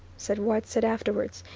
said whiteside afterwards,